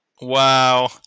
Wow